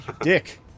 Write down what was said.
Dick